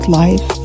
life